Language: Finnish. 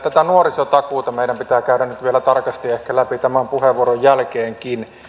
tätä nuorisotakuuta meidän pitää käydä nyt vielä tarkasti ehkä läpi tämän puheenvuoron jälkeenkin